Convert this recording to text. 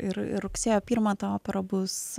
ir ir rugsėjo pirmą ta opera bus